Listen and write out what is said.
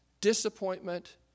disappointment